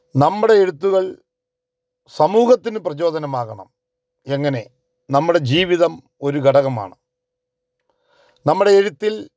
നമ്മുടെ എഴുത്തുകള് സമൂഹത്തിന് പ്രചോദനമാകണം എങ്ങനെ നമ്മുടെ ജീവിതം ഒരു ഘടകമാണ് നമ്മുടെ എഴുത്തില്